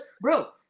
bro